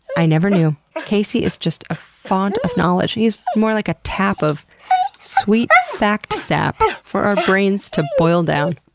i never knew. casey is just a fount of knowledge. he's more like a tap of sweet fact-sap for our brains to boil down.